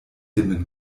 dimmen